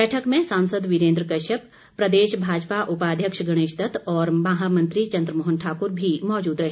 बैठक में सांसद वीरेन्द्र कश्यप प्रदेश भाजपा उपाध्यक्ष गणेश दत्त और महामंत्री चंद्रमोहन ठाकुर भी मौजूद रहे